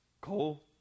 cool